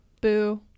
Boo